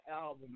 album